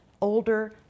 older